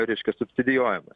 reiškias subsidijuojamas